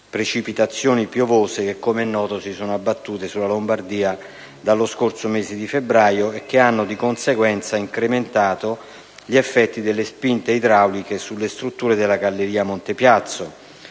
precipitazioni piovose che, com'è noto, si sono abbattute sulla Lombardia dallo scorso mese di febbraio e che, di conseguenza, hanno incrementato gli effetti delle spinte idrauliche sulle strutture della galleria Monte Piazzo.